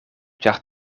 ĉar